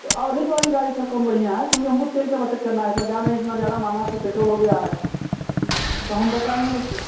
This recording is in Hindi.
तो औरेज वाली गाड़ी सर कौन बढ़िया हैं क्योंकि हमको तेल का बचत करना है सर जान रहें इतना ज़्यादा महँगा कि पेट्रोल हो गया है तो हम बचाएँगे नहीं तो